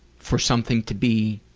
for something to be